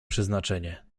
przeznaczenie